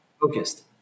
focused